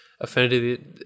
affinity